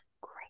great